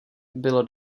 bylo